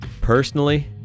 Personally